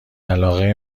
علاقه